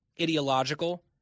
ideological